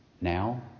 now